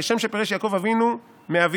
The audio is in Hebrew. כשם שפירש יעקב אבינו מאביו,